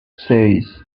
seis